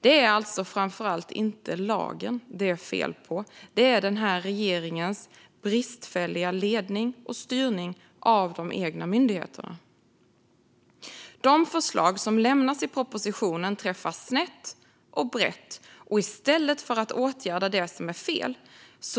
Det är alltså inte framför allt lagen det är fel på utan den här regeringens bristfälliga ledning och styrning av de egna myndigheterna. De förslag som lämnas i propositionen träffar snett och brett, och i stället för att åtgärda det som är fel